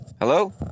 Hello